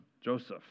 Joseph